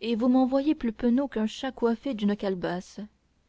et vous m'en voyez plus penaud qu'un chat coiffé d'une calebasse